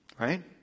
Right